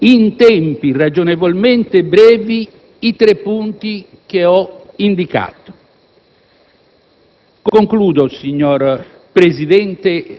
negoziando con la Libia, in tempi ragionevolmente brevi, i tre punti che ho indicato.